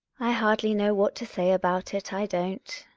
i hardly know what to say about it, i don't.